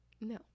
No